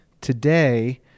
today